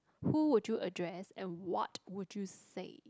who would you address and what would you say